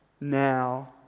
now